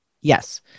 Yes